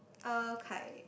okay